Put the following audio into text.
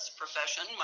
profession